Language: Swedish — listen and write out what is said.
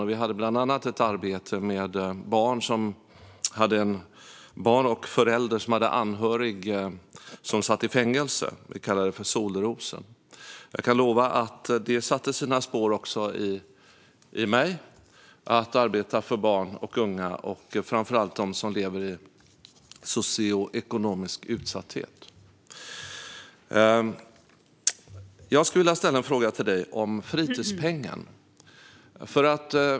Vi arbetade bland annat med barn och föräldrar som hade anhöriga som satt i fängelse. Vi kallade det Solrosen. Jag kan lova att det satte sina spår i mig att arbeta för barn och unga, framför allt de som lever i socioekonomisk utsatthet. Jag skulle vilja ställa en fråga till dig om fritidspengen.